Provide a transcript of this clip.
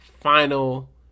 final